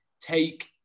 take